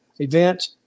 event